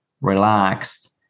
relaxed